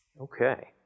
Okay